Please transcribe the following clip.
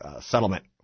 settlement